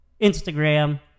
instagram